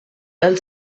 del